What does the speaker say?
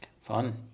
Fun